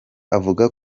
avuga